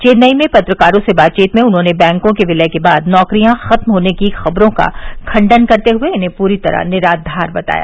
चेन्नई में पत्रकारों से बातचीत में उन्होंने बैंकों के विलय के बाद नौकरियां खत्म होने की खबरों का खंडन करते हुए इन्हें पूरी तरह निराधार बताया